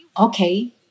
okay